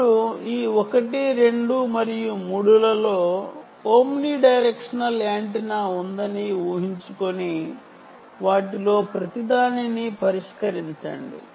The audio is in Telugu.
ఇప్పుడు ఈ 1 2 మరియు 3 లలో ఓమ్నిడైరెక్షనల్ యాంటెన్నా ఉందని అనుకుందాం వాటిలో ప్రతిదానికి ఓమ్నిడైరెక్షనల్ యాంటెన్నా అమర్చబడివుంది